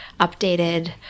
updated